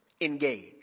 engage